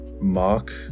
Mark